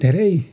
धेरै